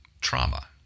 trauma